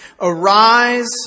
Arise